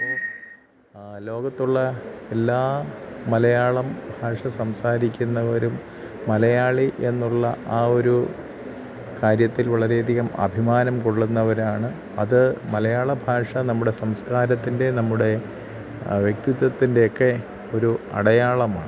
അപ്പോൾ ലോകത്തുള്ള എല്ലാ മലയാളം ഭാഷ സംസാരിക്കുന്നവരും മലയാളി എന്നുള്ള ആ ഒരു കാര്യത്തിൽ വളരെ അധികം അഭിമാനം കൊള്ളുന്നവരാണ് അത് മലയാള ഭാഷ നമ്മുടെ സംസ്കാരത്തിൻ്റെ നമ്മുടെ വ്യക്തിത്വത്തിൻ്റെയൊക്കെ ഒരു അടയാളമാണ്